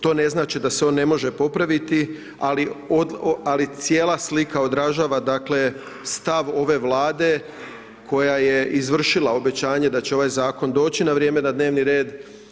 To ne znači da se on ne može popraviti ali cijela slika odražava dakle stav ove Vlade koja je izvršila obećanje da će ovaj zakon doći na vrijeme na dnevni red.